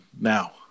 now